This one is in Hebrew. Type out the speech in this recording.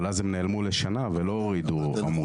אבל אז הם נעלמו לשנה ולא הורידו עמוד.